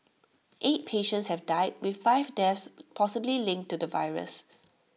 eight patients have died with five deaths possibly linked to the virus